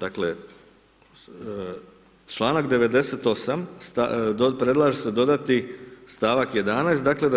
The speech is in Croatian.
Dakle, članak 98. predlaže se dodati stavak 11. dakle